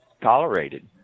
tolerated